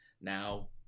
now